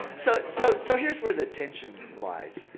so so so here is where the tension lies.